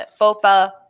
FOPA